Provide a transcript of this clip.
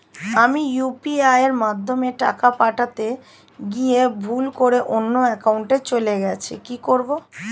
আমি ইউ.পি.আই মাধ্যমে টাকা পাঠাতে গিয়ে ভুল করে অন্য একাউন্টে চলে গেছে কি করব?